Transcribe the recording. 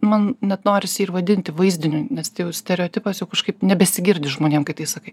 man net norisi ir vadinti vaizdiniu nes tai jau stereotipas jau kažkaip nebesigirdi žmonėm kai tai sakai